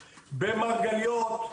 במרגליות,